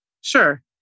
sure